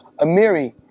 Amiri